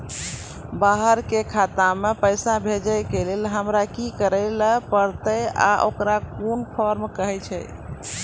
बाहर के खाता मे पैसा भेजै के लेल हमरा की करै ला परतै आ ओकरा कुन फॉर्म कहैय छै?